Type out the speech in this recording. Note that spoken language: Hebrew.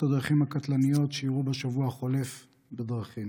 הדרכים הקטלניות שאירעו בשבוע החולף בדרכים.